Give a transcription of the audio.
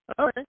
Okay